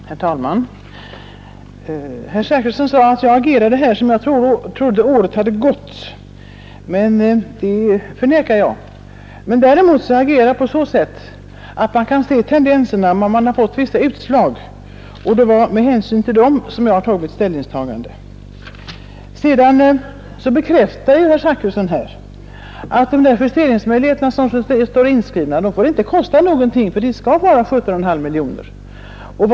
Herr talman! Herr Zachrisson sade att jag här agerade som om jag trodde att året hade gått, men det förnekar jag. Däremot agerar jag med den utgångspunkten att man kan se tendenserna när man har fått vissa uppgifter. Det är med hänsyn till dessa tendenser som jag har gjort mitt ställningstagande. Sedan bekräftar herr Zachrisson att de här justeringsmöjligheterna som står inskrivna inte får kosta någonting, för det skall vara 17,5 miljoner kronor.